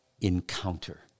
encounter